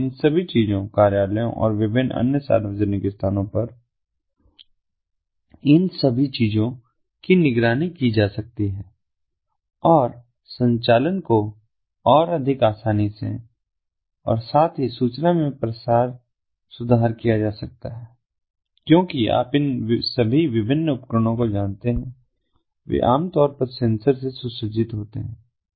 इसलिए इन सभी चीजों कार्यालयों और विभिन्न अन्य सार्वजनिक स्थानों पर इन सभी चीजों की निगरानी की जा सकती है और संचालन को और अधिक आसानी से और साथ ही सूचना प्रसार में सुधार किया जा सकता है क्योंकि आप इन सभी विभिन्न उपकरणों को जानते हैं वे आम तौर पर सेंसर से सुसज्जित होते हैं